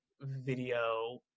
video